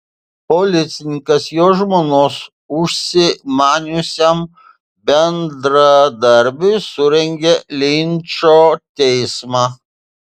policininkas jo žmonos užsimaniusiam bendradarbiui surengė linčo teismą